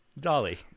Dolly